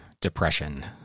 depression